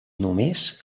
només